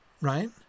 right